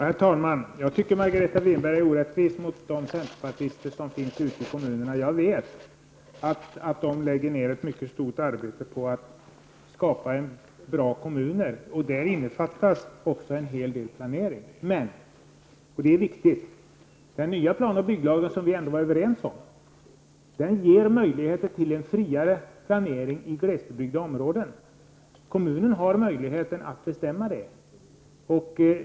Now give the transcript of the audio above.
Herr talman! Jag tycker att Margareta Winberg är orättvis mot de centerpartister som finns ute i kommunerna. Jag vet att de lägger ned ett mycket stort arbete på att skapa bra kommuner. I det innefattas också en hel del planering. Men, och det är viktigt, den nya plan och bygglagen som vi ändå var överens om ger möjligheter till en friare planering i glesbebyggda områden. Kommunerna har möjlighet att bestämma det.